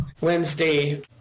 Wednesday